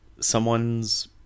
someone's